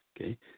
okay